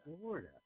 Florida